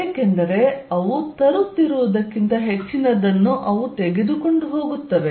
ಏಕೆಂದರೆ ಅವು ತರುತ್ತಿರುವುದಕ್ಕಿಂತ ಹೆಚ್ಚಿನದನ್ನು ಅವು ತೆಗೆದುಕೊಂಡು ಹೋಗುತ್ತವೆ